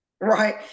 right